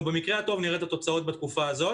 אנחנו במקרה הטוב נראה את התוצאות בתקופה הזו.